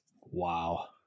Wow